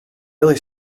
really